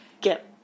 get